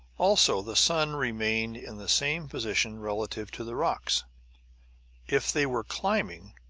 also, the sun remained in the same position relative to the rocks if they were climbing,